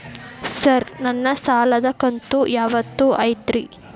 Sir ನನ್ನ ಸಾಲದ ಕಂತು ಯಾವತ್ತೂ ಐತ್ರಿ?